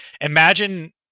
imagine